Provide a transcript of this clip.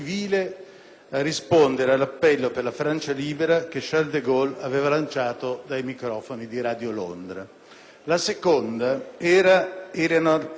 a rispondere all'appello per la Francia libera che Charles de Gaulle lanciò dai microfoni di Radio Londra. La seconda è Eleanor Roosevelt.